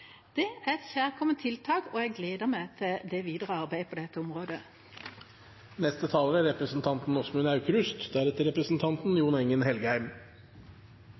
Det er et kjærkomment tiltak, og jeg gleder meg til det videre arbeidet på dette området.